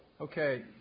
Okay